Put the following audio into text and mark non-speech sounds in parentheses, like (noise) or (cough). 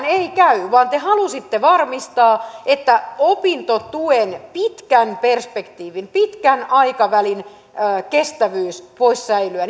(unintelligible) ei käy vaan te halusitte varmistaa että se että opintotuen pitkän perspektiivin pitkän aikavälin kestävyys voisi säilyä (unintelligible)